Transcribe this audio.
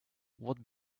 what